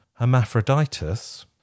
hermaphroditus